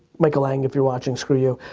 michael lang if you're watching screw you.